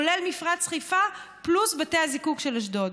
כולל מפרץ חיפה פלוס בתי הזיקוק של אשדוד.